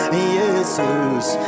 Jesus